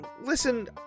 listen